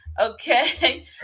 Okay